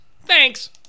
Thanks